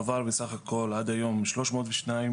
בסך הכל עברו עד היום שלוש מאות ושניים